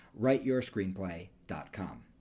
writeyourscreenplay.com